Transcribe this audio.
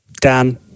Dan